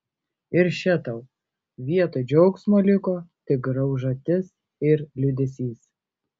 ir še tau vietoj džiaugsmo liko tik graužatis ir liūdesys